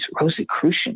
Rosicrucian